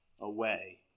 away